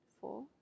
four